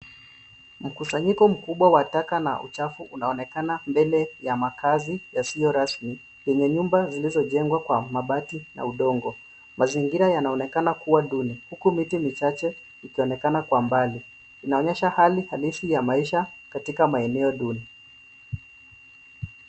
Mkusanyiko mkubwa wa taka na uchafu unaonekana mbele ya makazi yasiyo rasmi, yenye nyumba zilizojengwa kwa mabati na udongo. Mazingira yanaonekana kuwa duni, huku miti michache ikionekana kwa mbali. Inaonyesha hali halisi ya maisha katika maeneo duni.